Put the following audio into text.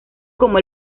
como